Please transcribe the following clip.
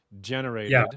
generated